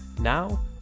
Now